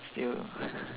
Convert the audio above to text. still